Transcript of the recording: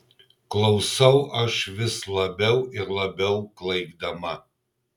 klausau aš vis labiau ir labiau klaikdama